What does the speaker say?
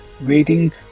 Waiting